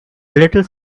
little